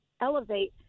elevate